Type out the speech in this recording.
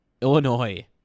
Illinois